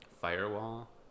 Firewall